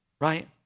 right